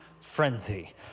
frenzy